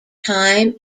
time